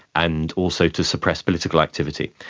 and also to suppress political activity.